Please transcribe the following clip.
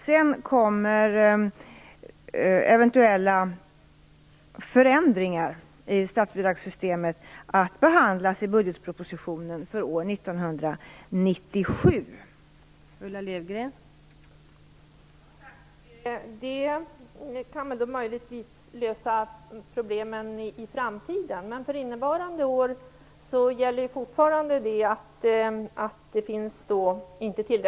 Sedan kommer eventuella förändringar i statsbidragssystemet att behandlas i budgetpropositionen för år 1997.